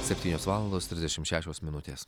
septynios valandos trisdešim šešios minutės